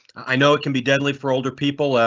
i know it can be deadly for older people.